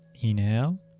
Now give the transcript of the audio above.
inhale